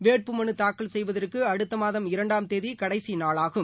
வேட்பு மனுதாக்கல் செய்வதற்குஅடுத்தமாதம் இரண்டாம் தேதிகடைசிநாளாகும்